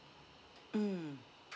mm